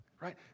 right